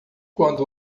quando